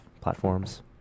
platforms